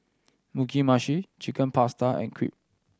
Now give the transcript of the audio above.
Mugi Meshi Chicken Pasta and Crepe